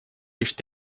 лишь